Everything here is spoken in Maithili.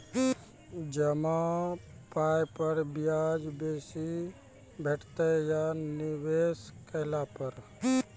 जमा पाय पर ब्याज बेसी भेटतै या निवेश केला पर?